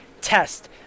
test